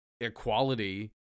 equality